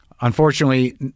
unfortunately